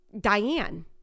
Diane